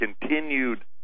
continued